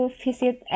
visit